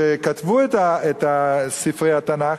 שכתבו את ספרי התנ"ך,